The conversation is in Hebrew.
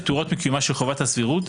פטורות מקיומה של חובת הסבירות,